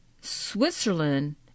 Switzerland